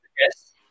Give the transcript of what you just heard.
Yes